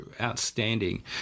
outstanding